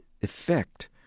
effect